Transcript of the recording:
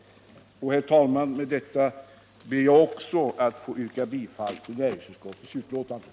Herr talman! Med detta ber jag också att få yrka bifall till näringsutskottets hemställan.